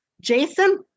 Jason